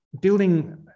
building